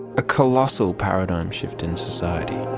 a colossal paradigm shift in society.